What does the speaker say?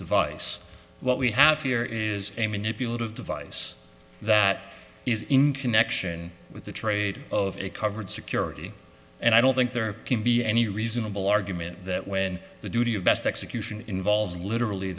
device what we have here is a manipulative device that is in connection with the trade of a covered security and i don't think there can be any reasonable argument that when the duty of best execution involves literally